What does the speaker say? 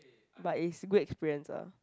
but it's good experience ah